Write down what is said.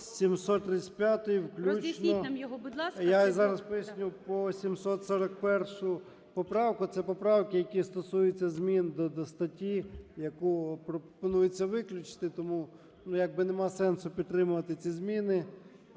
ЧЕРНЕНКО О.М. Я зараз поясню. По 741 поправку. Це поправки, які стосуються змін до статті, яку пропонується виключити. Тому як би немає сенсу підтримувати ці зміни.